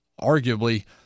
arguably